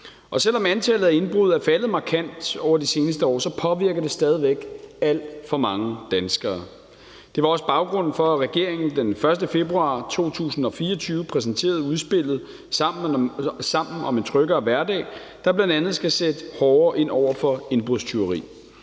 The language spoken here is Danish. Selv om antallet af indbrud er faldet markant over de seneste år, påvirker det stadig væk alt for mange danskere. Det var også baggrunden for, at regeringen den 1. februar 2024 præsenterede udspillet »Sammen om en tryggere hverdag«, der bl.a. skal sætte hårdere ind over for indbrudstyveri.